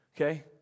Okay